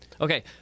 Okay